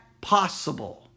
possible